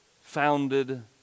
founded